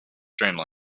dreamland